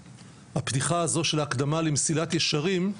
הפתיחה הזו של הקדמה ל'מסילת ישרים',